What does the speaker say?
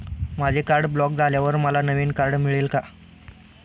माझे card block झाल्यावर मला नवीन कार्ड मिळेल का?